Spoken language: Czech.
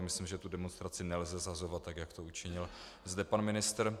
Myslím, že tu demonstraci nelze shazovat tak, jak to učinil zde pan ministr.